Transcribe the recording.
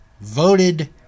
voted